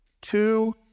two